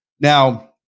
now